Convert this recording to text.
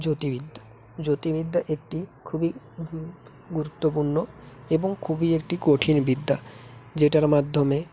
জ্যোতির্বিদ্যা জ্যোতির্বিদ্যা একটি খুবই গুরুত্বপূর্ণ এবং খুবই একটি কঠিন বিদ্যা যেটার মাধ্যমে